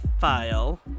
file